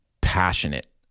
passionate